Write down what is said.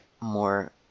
more